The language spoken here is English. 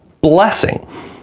blessing